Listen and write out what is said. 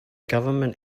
government